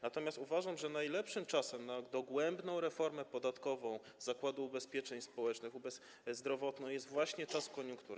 Natomiast uważam, że najlepszym czasem na dogłębną reformę podatkową, Zakładu Ubezpieczeń Społecznych, zdrowotną, jest właśnie czas koniunktury.